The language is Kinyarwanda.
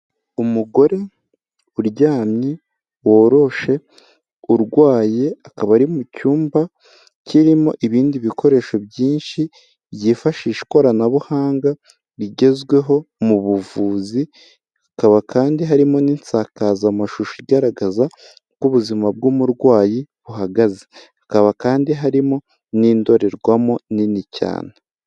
Umugore uryamye, woroshe, urwaye, akaba ari mu cyumba kirimo ibindi bikoresho byinshi byifashisha ikoranabuhanga rigezweho mu buvuzi, hakaba kandi harimo n'insakazamashusho igaragaza uko ubuzima bw'umurwayi buhagaze, hakaba kandi harimo n'indorerwamo nini cyane.